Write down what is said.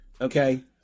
Okay